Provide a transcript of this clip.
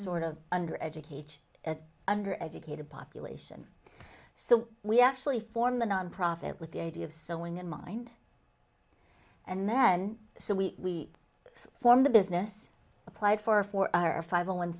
sort of under educated at under educated population so we actually formed the nonprofit with the idea of sewing in mind and then so we form the business applied for four or five on one